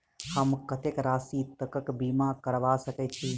हम कत्तेक राशि तकक बीमा करबा सकै छी?